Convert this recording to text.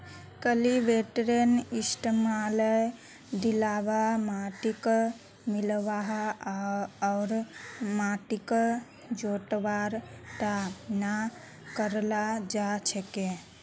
कल्टीवेटरेर इस्तमाल ढिलवा माटिक मिलव्वा आर माटिक जोतवार त न कराल जा छेक